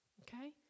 okay